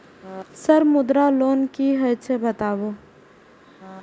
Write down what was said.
Sir Mudra loan की हे छे बताबू?